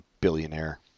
billionaire